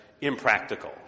impractical